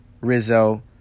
Rizzo